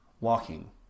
walking